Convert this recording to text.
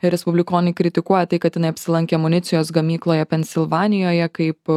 respublikonai kritikuoja tai kad jinai apsilankė amunicijos gamykloje pensilvanijoje kaip